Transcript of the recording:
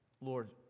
lord